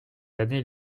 années